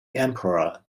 emperor